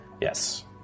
Yes